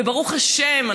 וברוך השם,